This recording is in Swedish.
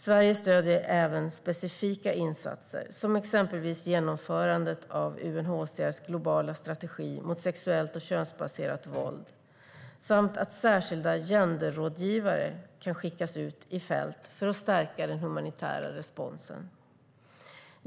Sverige stöder även specifika insatser, exempelvis genomförandet av UNHCR:s globala strategi mot sexuellt och könsbaserat våld samt att särskilda genderrådgivare kan skickas ut i fält för att stärka den humanitära responsen.